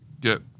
get